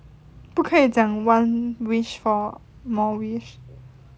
不可以讲 one wish for more wish